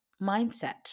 mindset